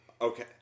Okay